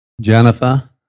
Jennifer